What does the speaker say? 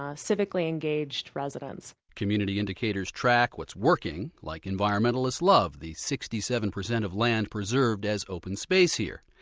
ah civically-engaged residents community indicators track what's working like environmentalists love the sixty seven percent of land preserved as open space here.